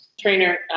Trainer